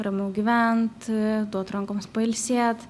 ramiau gyvent duot rankoms pailsėt